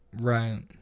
right